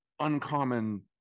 uncommon